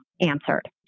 answered